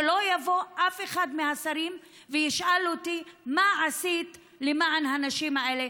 שלא יבוא אף אחד מהשרים וישאל אותי: מה עשית למען הנשים האלה,